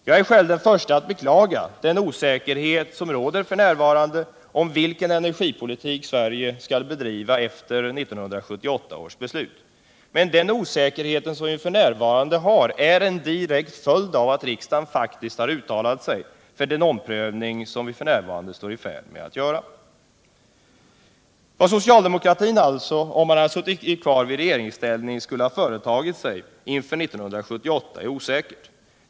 Jag är själv den förste att beklaga den osäkerhet som f.n. råder om vilken energipolitik Sverige skall bedriva efter 1978 års beslut, men denna osäkerhet är en direkt följd av att riksdagen faktiskt har uttalat sig för den omprövning som vi nu står i färd med att göra. Vad socialdemokratin, om den suttit kvar i regeringsställning, skulle ha företagit sig inför 1978 är osäkert.